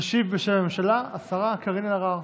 תשיב בשם הממשלה השרה קארין אלהרר.